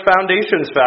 foundations